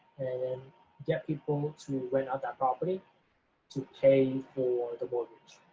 then get people to rent out that property to pay for the mortgage.